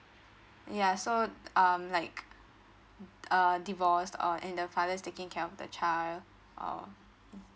ya so um like uh divorce or and the father is taking care of the child or